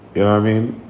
and i mean,